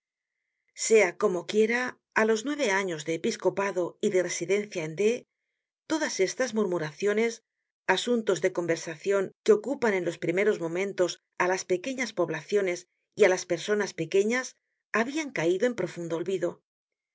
sea como quiera á los nueve años de épiscopado y de residencia en d todas estas murmuraciones asuntos de conversacion que ocupan en los primeros momentos á las pequeñas poblaciones y á las personas pequeñas habian caido en profundo olvido